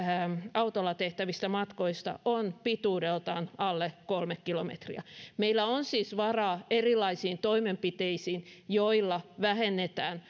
autolla tehtävistä matkoista on pituudeltaan alle kolme kilometriä meillä on siis varaa erilaisiin toimenpiteisiin joilla vähennetään